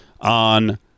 on